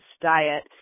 diet